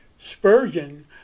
Spurgeon